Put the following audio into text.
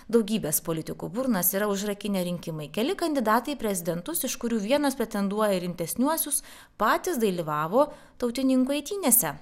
daugybės politikų burnas yra užrakinę rinkimai keli kandidatai į prezidentus iš kurių vienas pretenduoja rimtesniuosius patys dalyvavo tautininkų eitynėse